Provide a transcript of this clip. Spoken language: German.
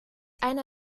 eine